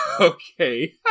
Okay